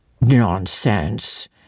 Nonsense